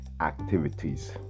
Activities